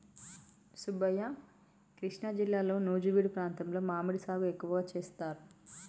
సుబ్బయ్య కృష్ణా జిల్లాలో నుజివీడు ప్రాంతంలో మామిడి సాగు ఎక్కువగా సేస్తారు